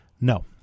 No